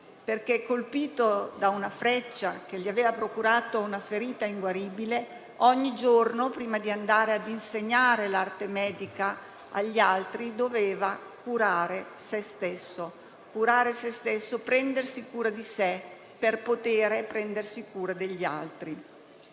ferito, colpito da una freccia che gli aveva procurato una ferita inguaribile, che ogni giorno, prima di andare ad insegnare l'arte medica agli altri, doveva curare se stesso: curare e prendersi cura di sé, per poter prendersi cura degli altri.